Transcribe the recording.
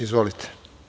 Izvolite.